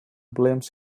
blames